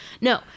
No